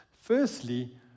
Firstly